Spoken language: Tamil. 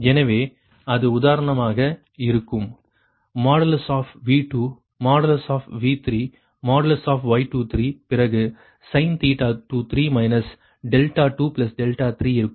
எனவே அது உதாரணமாக இருக்கும் V2V3Y23 பிறகு sin 23 23 இருக்கும்